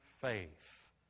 faith